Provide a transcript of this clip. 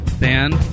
band